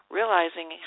realizing